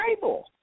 Bible